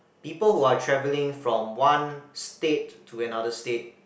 people who are travelling from one state to another state